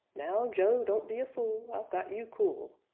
now, joe, don't be a fool! i've got you cool.